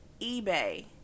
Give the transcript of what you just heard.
eBay